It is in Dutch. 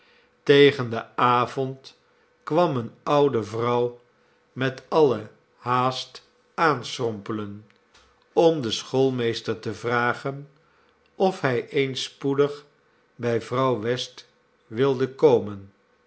tegen den avond kwam eene oude vrouw met alle haast aanstrompelen om den schoolmeester te vragen of hij eens spoedig bij vrouw west wilde komen